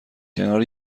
کنار